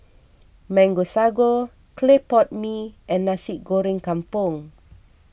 Mango Sago Clay Pot Mee and Nasi Goreng Kampung